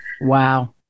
Wow